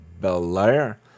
Belair